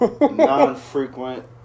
non-frequent